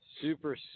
super